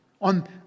On